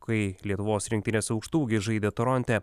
kai lietuvos rinktinės aukštaūgis žaidė toronte